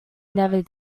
never